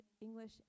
English